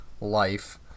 life